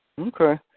Okay